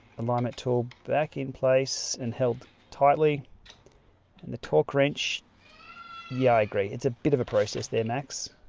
alignment tool back in place and held tightly and the torque wrench yeah, i agree. it's a bit of a process there max.